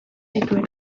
zituen